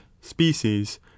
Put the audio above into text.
species